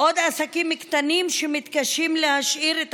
עוד עסקים קטנים שמתקשים להשאיר את